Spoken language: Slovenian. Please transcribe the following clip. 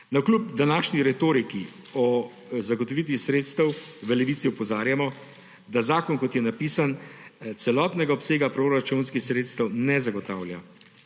Navkljub današnji retoriki o zagotovitvi sredstev v Levici opozarjamo, da zakon, kot je napisan, celotnega obsega proračunskih sredstev ne zagotavlja.